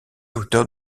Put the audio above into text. hauteur